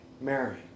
Mary